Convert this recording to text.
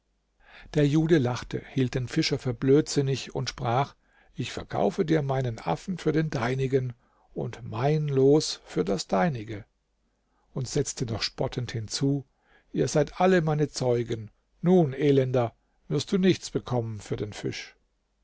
der jude lachte hielt den fischer für blödsinnig und sprach ich verkaufe dir meinen affen für den deinigen und mein los für das deinige und setzte noch spottend hinzu ihr seid alle meine zeugen nun elender wirst du nichts bekommen für den fisch